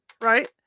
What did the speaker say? right